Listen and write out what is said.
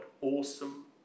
awesome